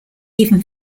even